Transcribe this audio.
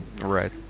Right